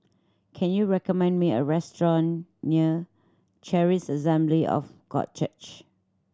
can you recommend me a restaurant near Charis Assembly of God Church